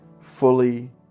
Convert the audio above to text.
fully